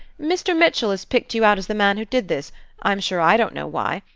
mr. mitchell has picked you out as the man who did this i'm sure i don't know why.